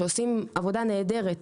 שעושים עבודה נהדרת,